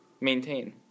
maintain